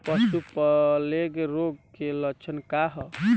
पशु प्लेग रोग के लक्षण का ह?